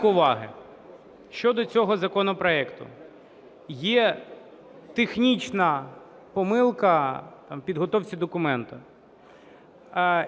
уваги. Щодо цього законопроекту. Є технічна помилка в підготовці документа.